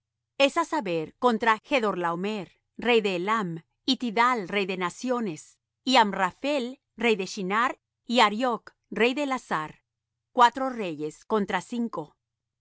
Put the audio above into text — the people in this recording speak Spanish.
es á saber contra chdorlaomer rey de elam y tidal rey de naciones y amraphel rey de shinar y arioch rey de elasar cuatro reyes contra cinco y